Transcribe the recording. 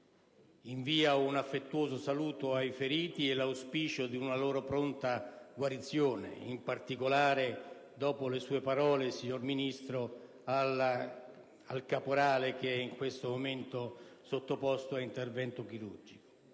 invia un affettuoso saluto ai feriti, con l'auspicio di una loro pronta guarigione ed in particolare, dopo le sue parole, signor Ministro, al caporale che in questo momento è sottoposto ad intervento chirurgico.